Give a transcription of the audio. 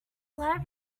light